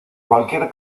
cualquier